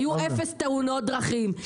היו אפס תאונות דרכים,